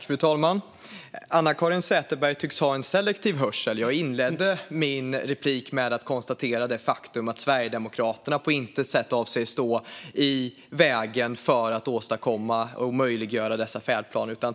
Fru talman! Anna-Caren Sätherberg tycks ha en selektiv hörsel. Jag inledde min replik med att konstatera det faktum att Sverigedemokraterna på intet sätt avser att stå i vägen för att åstadkomma och möjliggöra dessa färdplaner.